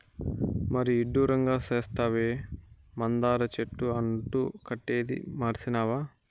మరీ ఇడ్డూరంగా సెప్తావే, మందార చెట్టు అంటు కట్టేదీ మర్సినావా